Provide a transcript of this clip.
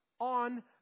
on